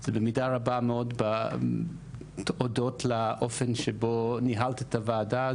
זה במידה רבה מאוד הודות לאופן שבו ניהלת את הוועדה.